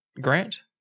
grant